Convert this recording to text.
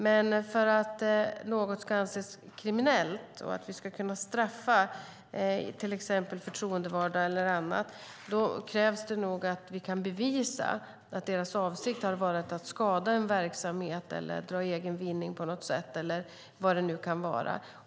Men för att något ska anses kriminellt och för att vi ska kunna straffa till exempel förtroendevalda och andra krävs det nog att vi kan bevisa att deras avsikt har varit att skada en verksamhet, dra egen vinning på något sätt eller vad det nu kan vara.